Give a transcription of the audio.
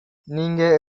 நீங்க